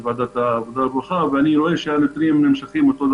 אבל אני רוצה שלא השתנה הרבה.